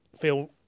feel